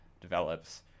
develops